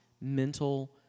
mental